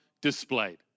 displayed